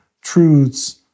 truths